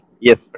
Yes